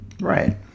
Right